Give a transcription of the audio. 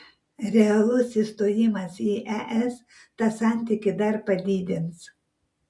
realus įstojimas į es tą santykį dar padidins